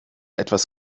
etwas